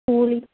സ്കൂളിൽ